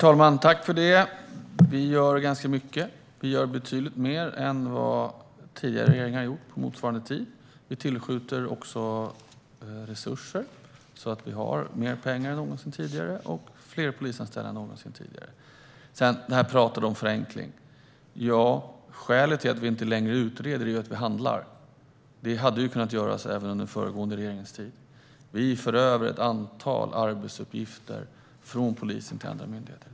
Herr talman! Vi gör ganska mycket. Vi gör betydligt mer än vad tidigare regeringar har gjort på motsvarande tid. Vi tillskjuter resurser så att vi har mer pengar och fler polisanställda än någonsin tidigare. När det gäller pratet om förenkling: Skälet till att vi inte längre utreder är att vi handlar. Det hade man kunnat göra även under den föregående regeringens tid. Vi för över ett antal arbetsuppgifter från polisen till andra myndigheter.